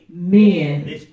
Men